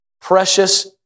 precious